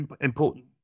important